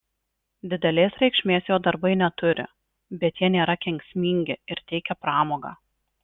didelės reikšmės jo darbai neturi bet jie nėra kenksmingi ir teikia pramogą